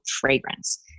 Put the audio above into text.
fragrance